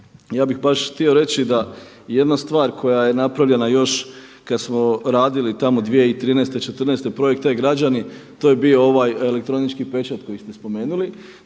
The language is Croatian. Ja bih baš htio reći da jedna stvar koja je napravljena još kad smo radili tamo 2013., četrnaeste projekt e-građani to je bio ovaj elektronički pečat koji ste spomenuli.